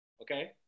okay